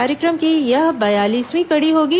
कार्यक्रम की यह बयालीसवीं कड़ी होगी